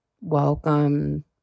welcome